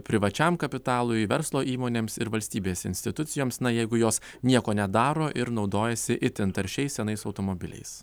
privačiam kapitalui verslo įmonėms ir valstybės institucijoms na jeigu jos nieko nedaro ir naudojasi itin taršiais senais automobiliais